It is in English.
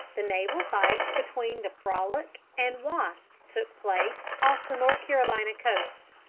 the naval fight between the frolic and wasp took place, off the north carolina coast.